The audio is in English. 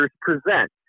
present